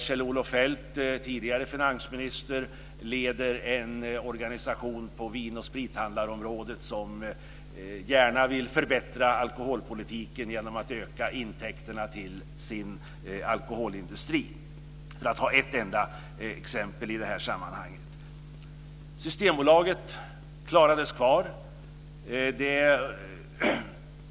Kjell-Olof Feldt, tidigare finansminister, leder en organisation på vinoch sprithandlarområdet som gärna vill förbättra alkoholpolitiken genom att öka intäkterna till sin alkoholindustri. Det var ett enda exempel i det här sammanhanget. Systembolaget klarades kvar.